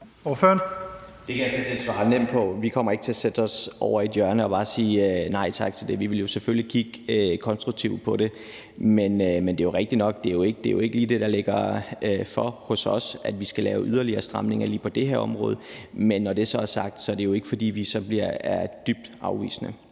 Det kan jeg sådan set svare nemt på. Vi kommer ikke til at sætte os over i et hjørne og bare sige nej tak til det. Vi ville selvfølgelig kigge konstruktivt på det. Men det er rigtigt nok, at det jo ikke ligger ligefor hos os, at vi skal lave yderligere stramninger lige på det her område. Men når det så er sagt, er det jo ikke, fordi vi er dybt afvisende.